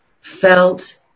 felt